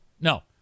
No